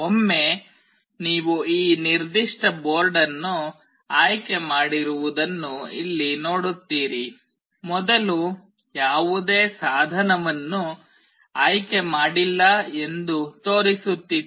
ಒಮ್ಮೆ ನೀವು ಈ ನಿರ್ದಿಷ್ಟ ಬೋರ್ಡ್ ಅನ್ನು ಆಯ್ಕೆ ಮಾಡಿರುವುದನ್ನು ಇಲ್ಲಿ ನೋಡುತ್ತೀರಿ ಮೊದಲು ಯಾವುದೇ ಸಾಧನವನ್ನು ಆಯ್ಕೆ ಮಾಡಿಲ್ಲ ಎಂದು ತೋರಿಸುತ್ತಿತ್ತು